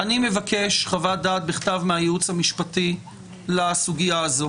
אני מבקש חוות דעת בכתב מהייעוץ המשפטי לסוגייה הזאת.